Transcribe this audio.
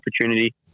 opportunity